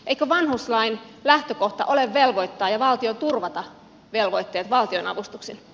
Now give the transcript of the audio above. eikö vanhuslain lähtökohta ole velvoittaa ja valtion turvata velvoitteet valtionavustuksin